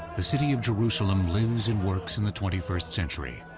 the city of jerusalem lives and works in the twenty first century.